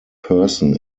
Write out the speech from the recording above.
person